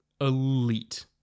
elite